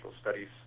Studies